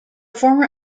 former